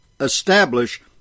establish